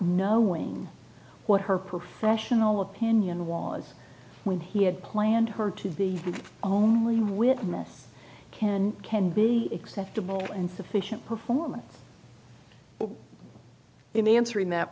knowing what her professional opinion was when he had planned her to the only witness can can be acceptable in fish and performance in answering that